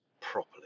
properly